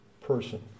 person